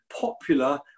popular